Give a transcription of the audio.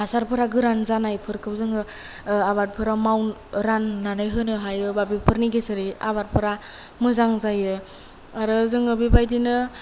हासारफोरा गोरान जानायफोरखौ जोङो आबादफोराव राननानै होनो हायो बा बेफोरनि गेजेरै आबादफोरा मोजां जायो आरो जोङो बेबादिनो